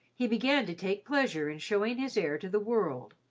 he began to take pleasure in showing his heir to the world.